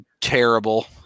terrible